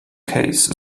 case